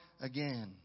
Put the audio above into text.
again